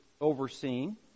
overseeing